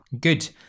Good